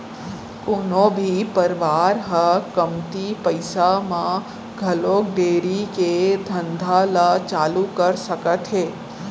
कोनो भी परवार ह कमती पइसा म घलौ डेयरी के धंधा ल चालू कर सकत हे